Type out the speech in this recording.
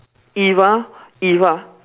if ah if ah